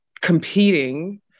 competing